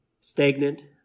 stagnant